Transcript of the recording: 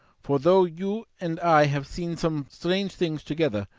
for though you and i have seen some strange things together,